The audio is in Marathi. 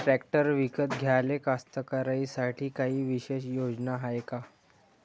ट्रॅक्टर विकत घ्याले कास्तकाराइसाठी कायी विशेष योजना हाय का?